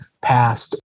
passed